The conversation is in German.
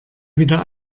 wieder